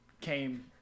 came